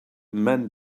men